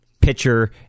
pitcher